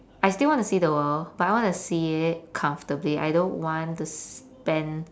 I still want to see the world but I want to see it comfortably I don't want to spend